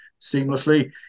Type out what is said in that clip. seamlessly